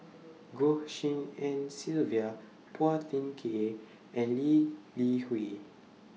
Goh Tshin En Sylvia Phua Thin Kiay and Lee Li Hui